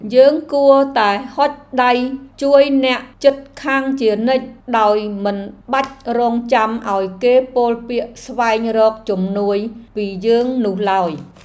យើងគួរតែហុចដៃជួយអ្នកជិតខាងជានិច្ចដោយមិនបាច់រង់ចាំឱ្យគេពោលពាក្យស្វែងរកជំនួយពីយើងនោះឡើយ។